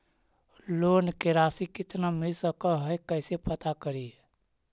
Loan के रासि कितना मिल सक है कैसे पता करी?